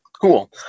Cool